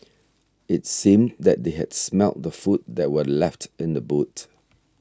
it seemed that they had smelt the food that were left in the boot